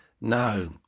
No